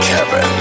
Kevin